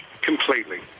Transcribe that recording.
Completely